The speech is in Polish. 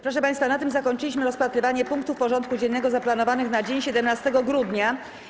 Proszę państwa, na tym zakończyliśmy rozpatrywanie punktów porządku dziennego zaplanowanych na dzień 17 grudnia.